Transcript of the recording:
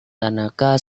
tanaka